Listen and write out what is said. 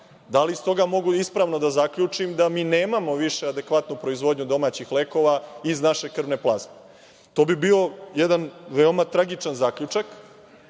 Da li iz toga mogu ispravno da zaključim da mi nemamo više adekvatnu proizvodnju domaćih lekova iz naše krvne plazme? To bi bio jedan veoma tragičan zaključak. Kada